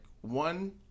one